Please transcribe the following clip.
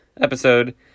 episode